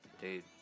Dude